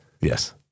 Yes